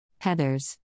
Heathers